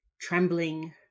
trembling